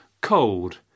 cold